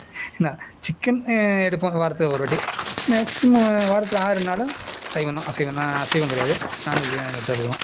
என்ன சிக்கன் எடுப்போம் வாரத்துக்கு ஒரு வாட்டி மேக்ஸிமோம் வாரத்தில் ஆறு நாளும் சைவம் தான் அசைவம் தான் அசைவம் கிடையாது நான்வெஜு தான் எங்கள் வீட்டில் இருக்கும்